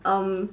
um